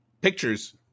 Pictures